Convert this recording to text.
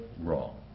wrong